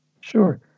sure